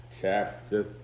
chapter